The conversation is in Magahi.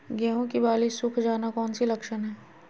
गेंहू की बाली सुख जाना कौन सी लक्षण है?